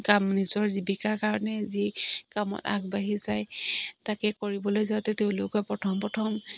কাম নিজৰ জীৱিকাৰ কাৰণে যি কামত আগবাঢ়ি যায় তাকে কৰিবলৈ যাওঁতে তেওঁলোকে প্ৰথম প্ৰথম